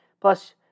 Plus